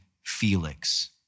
Felix